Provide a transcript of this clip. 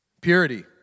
Purity